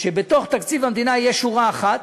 שבתוך תקציב המדינה תהיה שורה אחת,